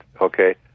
okay